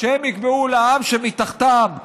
שהם יקבעו לעם שמתחתם,